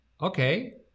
Okay